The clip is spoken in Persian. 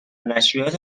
نشریات